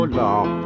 long